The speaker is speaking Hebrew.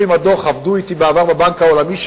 את הדוח בפריס עבדו אתי בעבר בבנק העולמי,